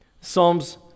Psalms